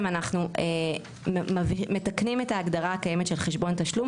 אנחנו מתקנים את ההגדרה הקיימת של חשבון תשלום,